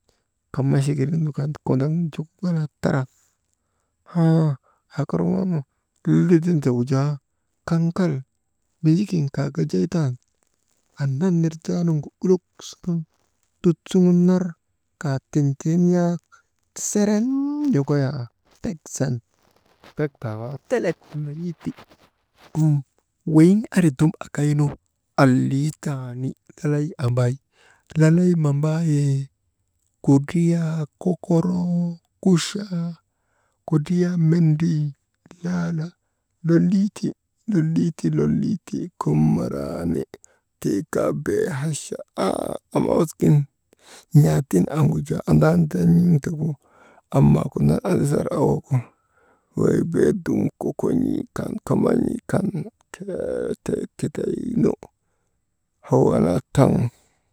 Kammachuginiŋnu kondoŋnu joko ŋalaa taraf, ay waa aa korŋoonu, Minji gin jaa, kaŋ kal Minji kin kaa kajay tan, am lel ner jaa nu ulok suŋun tut suŋ nar, kaa tin tin yak serem lokoyaa, bet zan «Hesitation» weyiŋ ari dum akaynu, alii taani lalay ambay, lalay mambaayee kudriyaa, kokoroo, kuchaa, kudriyaa mendrii laala lolii ti, loliiti loliiti komoran tita bee hacha awasgin, n̰aatiŋ aŋgu jaa andadan̰iŋ tegu, am maa kudan adisar eyegu, wey bee dum kokon̰ii kan kamban̰ii kan.